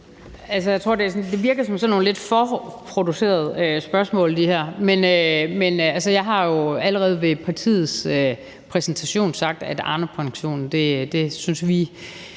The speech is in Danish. her spørgsmål virker som sådan lidt forproducerede, men jeg har jo allerede ved partiets præsentation sagt, at Arnepensionen ikke er